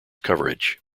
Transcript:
coverage